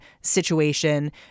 situation